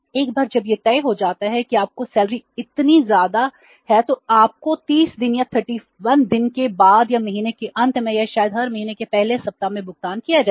एक बार जब यह तय हो जाता है कि आपकी सैलरी इतनी ज्यादा है तो आपको 30 दिन या 31 दिन के बाद या महीने के अंत में या शायद हर महीने के पहले सप्ताह में भुगतान किया जाएगा